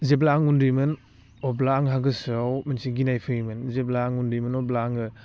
जेब्ला आं उन्दैमोन अब्ला आंहा गोसोआव मोनसे गिनाय फैयोमोन जेब्ला आं उन्दैमोन अब्ला आङो